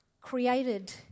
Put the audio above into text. created